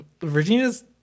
Virginia's